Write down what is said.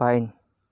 pine